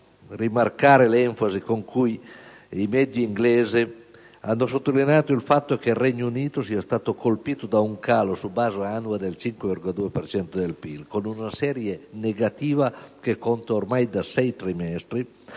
curioso rimarcare l'enfasi con cui i media inglesi hanno sottolineato il fatto che il Regno Unito sia stato colpito da un calo su base annua del 5,2 per cento del PIL, con una serie negativa che dura ormai da sei trimestri,